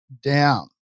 down